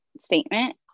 statement